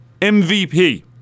MVP